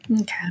Okay